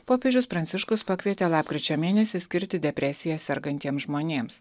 popiežius pranciškus pakvietė lapkričio mėnesį skirti depresija sergantiems žmonėms